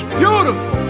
beautiful